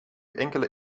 enkele